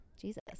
Jesus